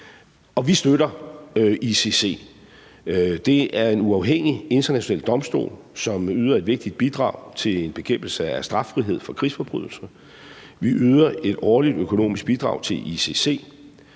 Vi støtter ICC. Det er en uafhængig international domstol, som yder et vigtigt bidrag til bekæmpelse af straffrihed for krigsforbrydelser. Vi yder et årligt økonomisk bidrag til ICC,